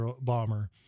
bomber